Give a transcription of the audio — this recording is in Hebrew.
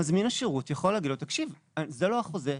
מזמין השירות יכול להגיד לו תקשיב, זה לא החוזה,